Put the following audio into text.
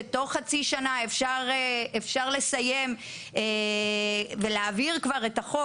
שתוך חצי שנה אפשר יהיה לסיים ולהעביר כבר את החוק,